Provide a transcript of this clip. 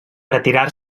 retirar